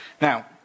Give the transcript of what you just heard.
Now